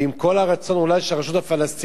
ועם כל הרצון אולי של הרשות הפלסטינית,